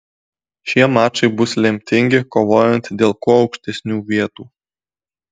šie mačai bus lemtingi kovojant dėl kuo aukštesnių vietų